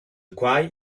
quai